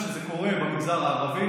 אני אומר לכם שזה קורה במגזר הערבי,